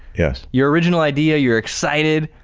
yeah your original idea, you're excited,